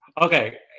Okay